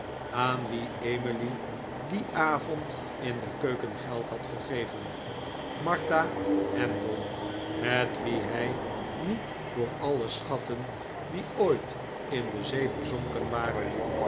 aan wie emily dien avond in de keuken geld had gegeven martha endell met wie hij niet voor alle schatten die ooit in de zee verzonken waren